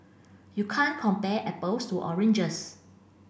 you can't compare apples to oranges